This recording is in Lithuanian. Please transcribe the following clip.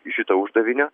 šito uždavinio